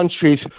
countries